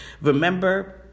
Remember